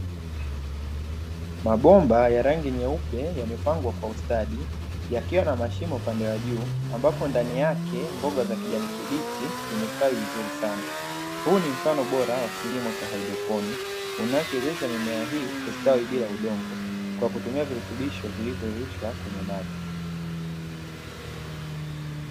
Mabomba ya rangi nyeupe yamepangwa kwa ustadi, yakiwa na mashimo upande wa juu ambapo ndani yake mboga za kijani kibichi zimestawi vizuri sana. Huu ni mfano bora wa kilimo cha haidroponi unachowezesha mimea hii kustawi bila udongo kwa kutumia virutubisho vilivyoyeyushwa kwenye maji.